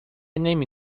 نمی